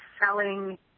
selling